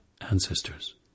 ancestors